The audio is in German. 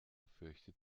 fürchtet